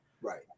Right